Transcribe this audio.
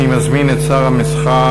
אני מזמין את שר התעשייה,